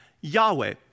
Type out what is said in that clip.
Yahweh